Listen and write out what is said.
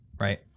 Right